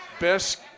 Best